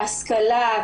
השכלה,